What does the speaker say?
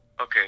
Okay